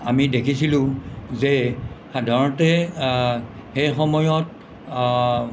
আমি দেখিছিলোঁ যে সাধাৰণতে এই সময়ত